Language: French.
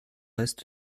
est